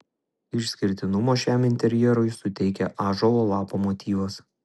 išskirtinumo šiam interjerui suteikia ąžuolo lapo motyvas